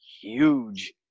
huge